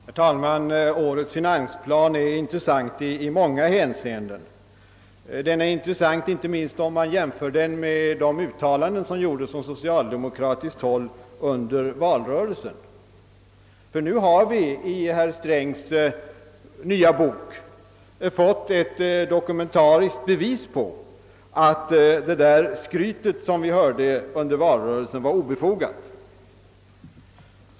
Herr talman! Årets finansplan är intressant i många hänseenden. Inte minst intressant är den, om man jämför den med de uttalanden som gjordes från socialdemokratiskt håll under valrörelsen, ty nu har vi i herr Strängs nya publikation fått ett dokumentariskt bevis på att det där skrytet som vi hörde under valrörelsen var obefogat.